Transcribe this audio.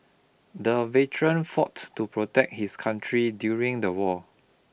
the veteran fought to protect his country during the war